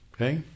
Okay